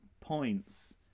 points